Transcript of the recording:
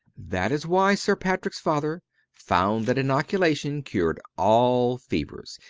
that is why sir patrick's father found that inoculation cured all fevers.